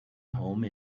home